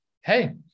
hey